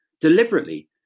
deliberately